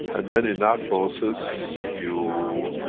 and then in that process, you.